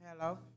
Hello